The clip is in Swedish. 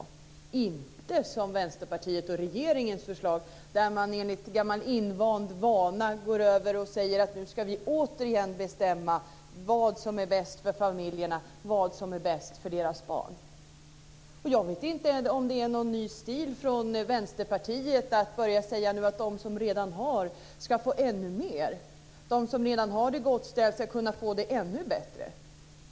Vi vill inte ha det som i Vänsterpartiets och regeringens förslag där man enligt gammal vana säger att nu ska vi återigen bestämma vad som är bäst för familjerna, vad som är bäst för barnen. Jag vet inte om det är någon ny stil av Vänsterpartiet att nu börja säga att de som redan har det gott ställt ska kunna få det ännu bättre.